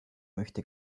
möchte